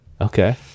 Okay